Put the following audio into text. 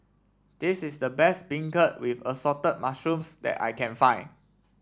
this is the best beancurd with Assorted Mushrooms that I can find